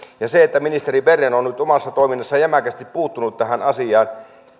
ministeri berner on on nyt omassa toiminnassaan jämäkästi puuttunut tähän asiaan